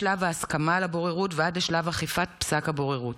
משלב ההסכמה על הבוררות ועד לשלב אכיפת פסק הבוררות.